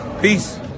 Peace